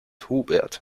hubert